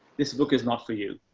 this book is not for you.